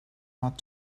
out